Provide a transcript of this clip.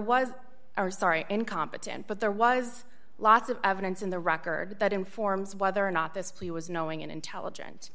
was our story incompetent but there was lots of evidence in the record that informs whether or not this plea was knowing and intelligent